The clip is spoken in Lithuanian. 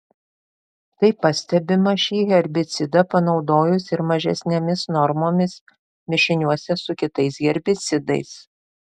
tai pastebima šį herbicidą panaudojus ir mažesnėmis normomis mišiniuose su kitais herbicidais